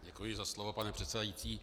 Děkuji za slovo, pane předsedající.